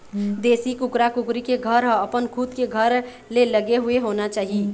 देशी कुकरा कुकरी के घर ह अपन खुद के घर ले लगे हुए होना चाही